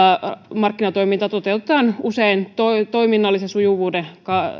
markkinatoiminta toteutetaan usein toiminnallisen sujuvuuden